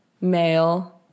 male